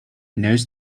knows